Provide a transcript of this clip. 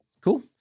cool